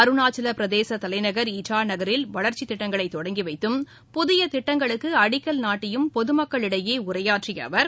அருணாச்சவப் பிரதேசதலைநகர் இட்டாநகரில் வளர்ச்சித் திட்டங்களைத் தொடங்கிவைத்தும் புதியதிட்டங்களுக்குஅடிக்கல் நாட்டியும் பொதுமக்களிடையேஉரையாற்றியஅவர்